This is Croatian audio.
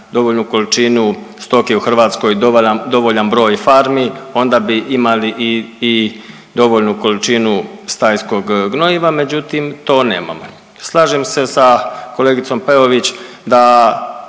dovoljnu količinu stoke u Hrvatskoj, dovoljan broj farmi onda bi imali i, i dovoljnu količinu stajskog gnojiva, međutim to nemamo. Slažem se sa kolegicom Peović da